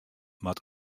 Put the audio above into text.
moat